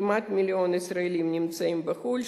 כמעט מיליון ישראלים נמצאים בחו"ל,